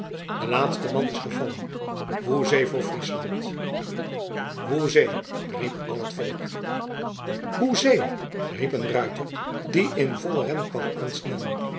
de laatste man is gevallen hoezee voor friesland hoezee riep al het volk hoezee riep een ruiter die in vollen ren kwam aansnellen